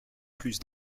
plus